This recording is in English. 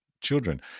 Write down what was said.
children